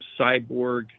cyborg